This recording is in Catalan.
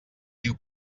diu